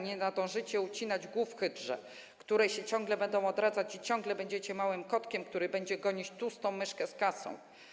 Nie nadążycie ucinać głów hydrze, które się ciągle będą odradzać i ciągle będziecie małym kotkiem, który będzie gonić tłustą myszkę z kasą.